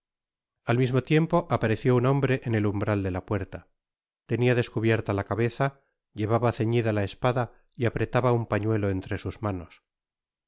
al mismo tiempo apareció un hombre en el humbral de la puerta tenia descubierta la cabeza llevaba ceñida la espada y apretaba un pañuelo entre sus manos